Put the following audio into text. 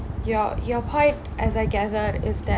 your your point as I gathered is that